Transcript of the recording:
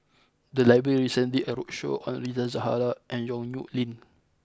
the library recently did a roadshow on Rita Zahara and Yong Nyuk Lin